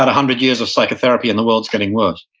ah hundred years of psychotherapy and the world's getting worse.